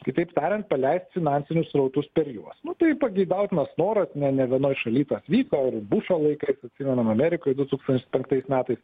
kitaip tariant paleist finansinius srautus per juos nu tai pageidautinas noras ne ne vienoj šaly tas vyko ir bušo laikais atsimenam amerikoj du tūkstančiai penktais metais